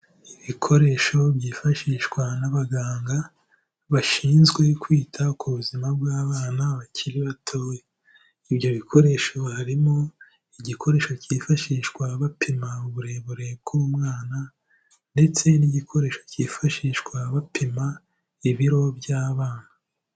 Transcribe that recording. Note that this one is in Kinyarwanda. Ibikoresho byifashishwa n'abaganga bashinzwe kwita ku buzima bw'abana bakiri batoya, ibyo bikoresho harimo igikoresho cyifashishwa bapima uburebure bw'umwana ndetse n'igikoresho cyifashishwa bapima ibiro by'abana.